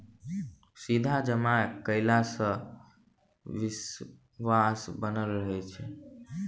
सीधा जमा कयला सॅ विश्वास बनल रहैत छै